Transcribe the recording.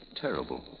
terrible